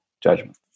judgment